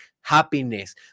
happiness